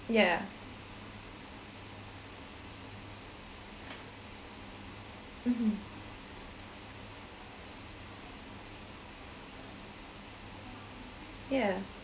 yeah mmhmm yeah